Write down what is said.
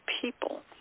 people